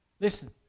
Listen